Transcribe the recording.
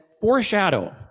foreshadow